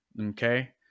okay